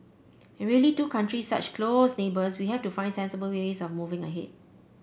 and really two countries such close neighbours we have to find sensible way ways of moving ahead